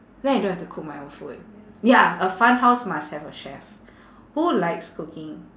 then I don't have to cook my own food ya a fun house must have a chef who likes cooking